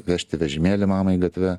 vežti vežimėlį mamai gatve